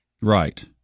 Right